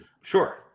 sure